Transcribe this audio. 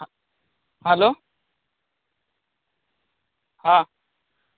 hello हाँ